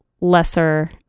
lesser